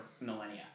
millennia